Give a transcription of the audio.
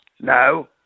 No